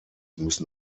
müssen